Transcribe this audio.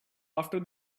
after